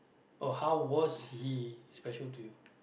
or how was he special to you